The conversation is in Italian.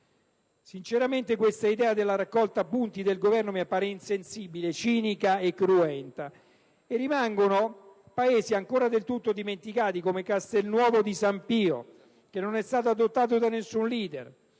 Sinceramente l'idea della raccolta punti del Governo mi appare insensibile, cinica e cruenta. Inoltre, vi sono paesi ancora del tutto dimenticati, come Castelnuovo di San Pio, che non è stato adottato da nessun leader.